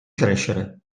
crescere